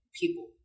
people